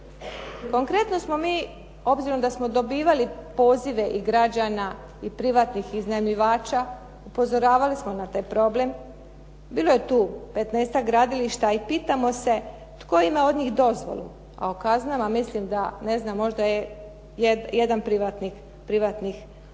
Konkretno smo mi, obzirom da smo dobivali pozive i građana i privatnih iznajmljivača, upozoravali smo na taj problem. Bilo je tu petnaestak gradilišta i pitamo se tko ima od njih dozvolu, a o kaznama mislim da ne znam, možda je jedan privatnik platio.